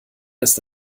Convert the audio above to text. ist